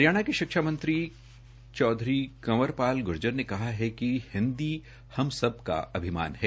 हरियाणा के शिक्षा मंत्री चौधरी कंवर पाल ग्र्जर ने कहा है कि हिन्दी हम सब का अभिमान है